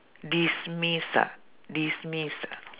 dismiss ah dismiss ah